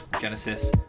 Genesis